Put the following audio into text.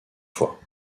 fois